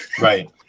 Right